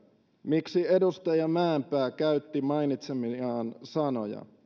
miksi edustaja mäenpää käytti mainitsemiaan sanoja